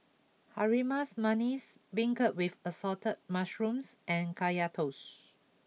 Harum Manis Beancurd with Assorted Mushrooms and Kaya Toast